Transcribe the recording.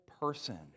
person